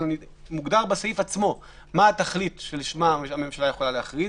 אלא מוגדרת בסעיף עצמו התכלית שלשמה הממשלה יכולה להכריז.